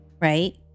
right